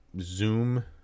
Zoom